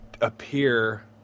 appear